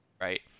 right